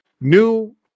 new